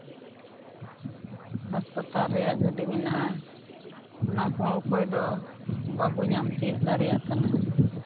ᱦᱟᱥᱯᱟᱛᱟᱞ ᱨᱮᱭᱟᱜ ᱜᱟᱹᱰᱤ ᱢᱮᱱᱟᱜᱼᱟ ᱚᱱᱟ ᱠᱚᱦᱚᱸ ᱚᱠᱚᱭ ᱫᱚ ᱵᱟᱵᱚ ᱧᱟᱢ ᱛᱤᱭᱟᱹᱜ ᱫᱟᱲᱮᱭᱟᱜ ᱠᱟᱱᱟ